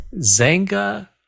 Zanga